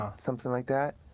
ah something like that.